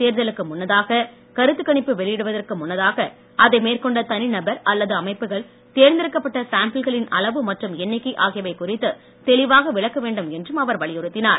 தேர்தலுக்கு முன்னதாக கருத்துக்கணிப்பு வெளியிடுவதற்கு முன்னதாக அதை மேற்கொண்ட தனி நபர் அல்லது அமைப்புகள் தேர்ந்தெடுக்கப்பட்ட சாம்பிள்களின் அளவு மற்றும் எண்ணிக்கை ஆகியவை குறித்து தெளிவாக விளக்க வேண்டும் என்றும் அவர் வலியுறுத்தினார்